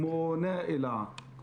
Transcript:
כמו נאילה,